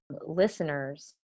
listeners